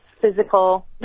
physical